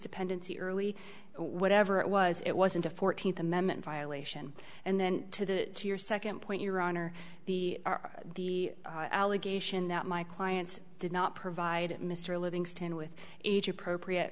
dependency early whatever it was it wasn't a fourteenth amendment violation and then to your second point your honor the are the allegation that my client did not provide mr livingston with age appropriate